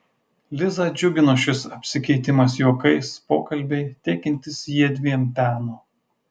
lizą džiugino šis apsikeitimas juokais pokalbiai teikiantys jiedviem peno